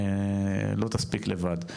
לא תספיק לבד.